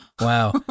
wow